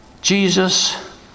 Jesus